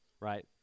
right